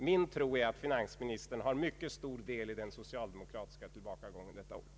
Min tro är att finansministern har mycket stor del i den socialdemokratiska tillbakagången detta år.